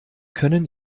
können